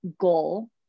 goal